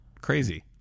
crazy